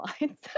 lines